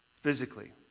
Physically